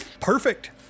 Perfect